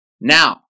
Now